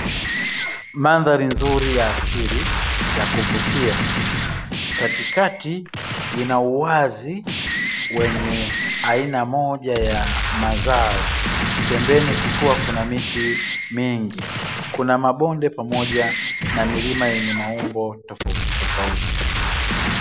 Mandhari nzuri ya asili ya kuvutia katikati ina uwazi wa aina moja ya mazao, pembeni kukiwa na miti mingi, kuna mabonde pamoja na milima yenye maumbo tofautitofauti.